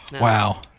Wow